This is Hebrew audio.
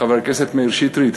חבר הכנסת מאיר שטרית,